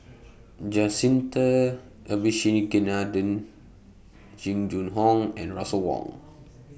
Jacintha Abisheganaden Jing Jun Hong and Russel Wong